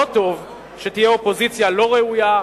לא טוב שתהיה אופוזיציה לא ראויה,